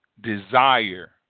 desire